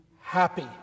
happy